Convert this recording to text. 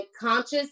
conscious